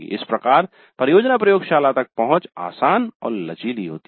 इस प्रकार परियोजना प्रयोगशाला तक पहुंच आसान और लचीली होती है